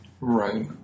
Right